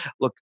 look